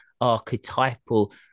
archetypal